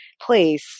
place